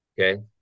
Okay